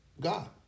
God